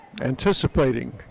Anticipating